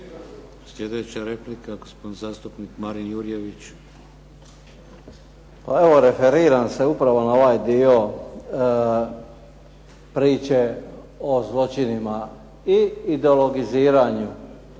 Slijedeća replika, gospodin zastupnik Marin Jurjević. **Jurjević, Marin (SDP)** Pa evo referiram se upravo na ovaj dio priče o zločinima i ideologiziranju.